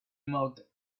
marked